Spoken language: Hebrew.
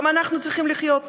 גם אנחנו צריכים לחיות,